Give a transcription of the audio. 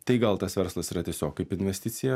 tai gal tas verslas yra tiesiog kaip investicija